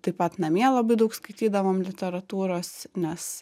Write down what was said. taip pat namie labai daug skaitydavom literatūros nes